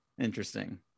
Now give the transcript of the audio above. interesting